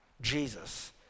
Jesus